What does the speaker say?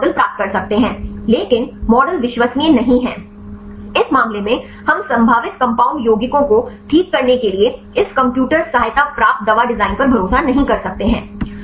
हम कुछ मॉडल प्राप्त कर सकते हैं लेकिन मॉडल विश्वसनीय नहीं हैं इस मामले में हम संभावित कंपाउंड यौगिकों को ठीक करने के लिए इस कंप्यूटर सहायता प्राप्त दवा डिजाइन पर भरोसा नहीं कर सकते हैं